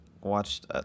watched